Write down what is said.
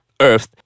earth